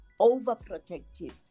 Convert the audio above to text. overprotective